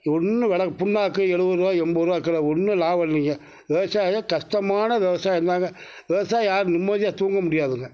இன்னும் விலை புண்ணாக்கு எழுபது ரூபாய் எண்பது ரூபாய் கிலோ ஒன்றும் லாபம் இல்லைங்க விவசாயத்தில் கஷ்டமானது விவசாயம்தாங்க விவசாயி யாரும் நிம்மதியாக தூங்க முடியாதுங்க